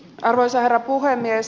arvoisa herra puhemies